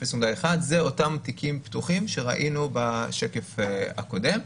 0.1% הם אותם תיקים פתוחים שראינו בשקף הקודם,